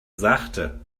sachte